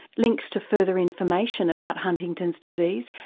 links to further information about huntington's disease,